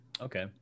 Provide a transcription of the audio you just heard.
okay